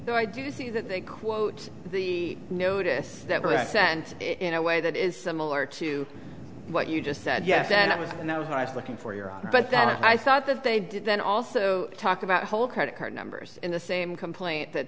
no i do see that they quote the notice that i sent in a way that is similar to what you just said yes that was and that was when i was looking for europe but that i thought that they did then also talk about a whole credit card numbers in the same complaint that